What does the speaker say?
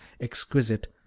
exquisite